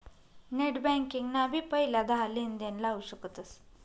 net banking ना भी पहिला दहा लेनदेण लाऊ शकतस